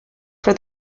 for